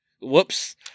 whoops